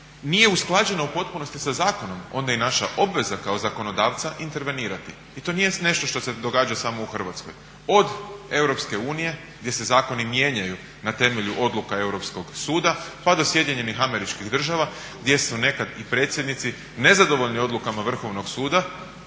nije usklađena u potpunosti sa zakonom onda je i naša obveza kao zakonodavca intervenirati. I to nije nešto što se događa samo u Hrvatskoj, od Europske unije gdje se zakoni mijenjaju na temelju odluka Europskog suda pa do Sjedinjenih Američkih Država gdje su nekad i predsjednici nezadovoljni odlukama Vrhovnog suda